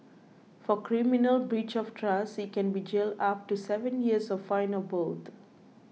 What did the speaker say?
for criminal breach of trust he can be jailed up to seven years or fined or both